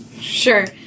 Sure